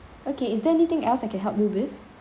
okay is there anything else I can help you with